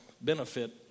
benefit